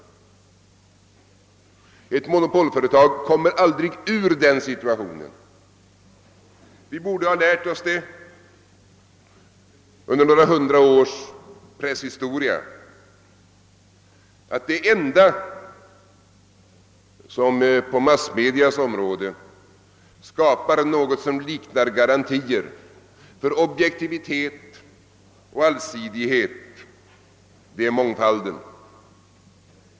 Ett monopolföretag kommer aldrig ur den situationen. Vi borde ha lärt oss under några hundra års presshistoria, att det enda som på massmedias område skapar något som liknar garantier för objektivitet och allsidighet är mångfalden.